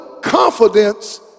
confidence